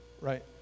right